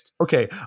okay